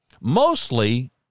Mostly